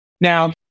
Now